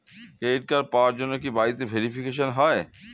Credit card পাওয়ার জন্য কি বাড়িতে ভেরিফিকেশন হয়?